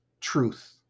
truth